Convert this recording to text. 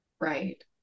Right